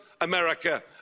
america